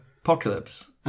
Apocalypse